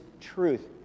truth